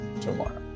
tomorrow